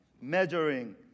measuring